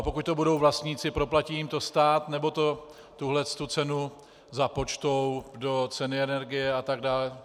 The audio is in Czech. Pokud to budou vlastníci, proplatí jim to stát, nebo tuto cenu započtou do ceny energie atd.?